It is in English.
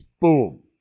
boom